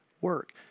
work